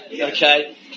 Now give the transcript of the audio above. okay